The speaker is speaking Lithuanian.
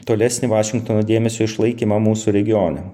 tolesnį vašingtono dėmesio išlaikymą mūsų regione